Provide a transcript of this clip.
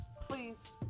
Please